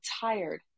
tired